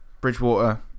Bridgewater